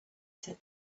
said